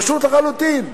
פשוט לחלוטין.